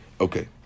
Okay